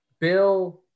bill